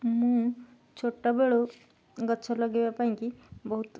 ମୁଁ ଛୋଟବେଳୁ ଗଛ ଲଗେଇବା ପାଇଁକି ବହୁତ